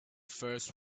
first